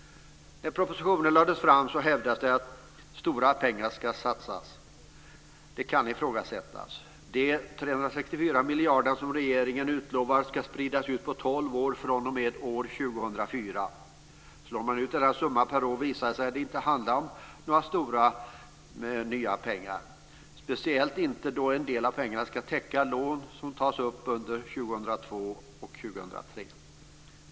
När propositionen lades fram hävdades det att stora pengar ska satsas. Det kan ifrågasättas. De 364 miljarder kronor som regeringen utlovar ska spridas ut på tolv år fr.o.m. år 2004. Slår man ut denna summa per år visar det sig att det inte handlar om några stora nya pengar - speciellt inte då en del av pengarna ska täcka lån som tas upp under år 2002 och 2003.